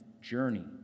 journey